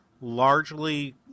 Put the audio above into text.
largely